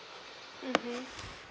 mmhmm